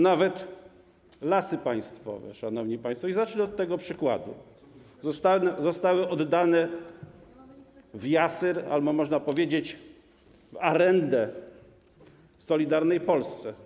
Nawet Lasy Państwowe, szanowni państwo - i zacznę od tego przykładu - zostały oddane w jasyr albo można powiedzieć - w arendę Solidarnej Polsce.